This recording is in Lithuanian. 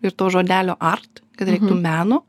ir tos žodelio art kad reiktų meno